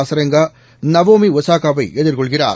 Azarenka Naomi ஒசாகாவை எதிர்கொள்கிறார்